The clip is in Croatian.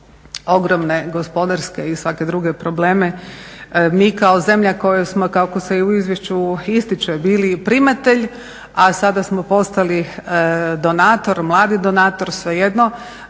ogromne gospodarske i svake druge probleme, mi kao zemlja koju smo kako se i u izvješću ističe bili primatelj, a sada smo postali donator, mladi donator, svejedno,